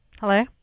Hello